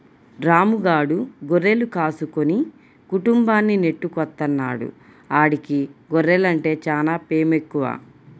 రాము గాడు గొర్రెలు కాసుకుని కుటుంబాన్ని నెట్టుకొత్తన్నాడు, ఆడికి గొర్రెలంటే చానా పేమెక్కువ